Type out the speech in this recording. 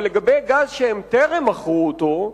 אבל לגבי גז שהם טרם מכרו אותו,